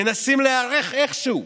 מנסים להיערך איכשהו.